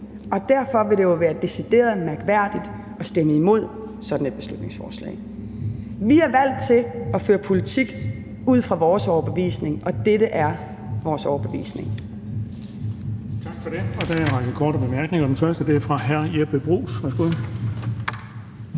Og derfor vil det jo være decideret mærkværdigt at stemme imod sådan et beslutningsforslag. Vi er valgt til at føre politik ud fra vores overbevisning, og dette er vores overbevisning.